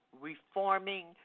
reforming